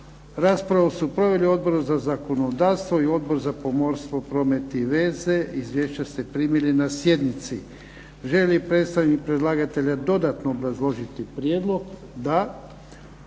Raspravu su proveli Odbor za zakonodavstvo i Odbor za pomorstvo, promet i veze. Izvješća ste primili na sjednici. Želi li predstavnik predlagatelja dodatno obrazložiti prijedlog? Da.